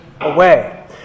away